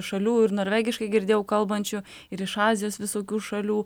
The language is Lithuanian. šalių ir norvegiškai girdėjau kalbančių ir iš azijos visokių šalių